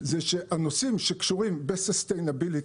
זה שהנושאים שקשורים ביציבות,